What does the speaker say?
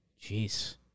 Jeez